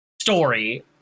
story